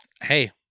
Hey